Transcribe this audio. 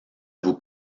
vous